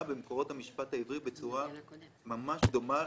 גם במקורות המשפט העברי בצורה ממש דומה.